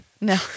No